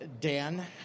Dan